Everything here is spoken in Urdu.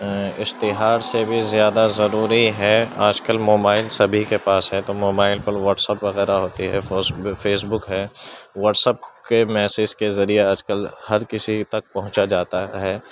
اشتہار سے بھی زیادہ ضروری ہے آج کل موبائل سبھی کے پاس ہے تو موبائل پر واٹس اپ وغیرہ ہوتی ہے فوس فیس بک ہے واٹس اپ کے میسج کے ذریعے آج کل ہر کسی تک پہنچا جاتا ہے